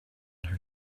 her